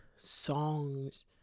Songs